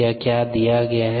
या क्या दिया गया है